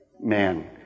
Man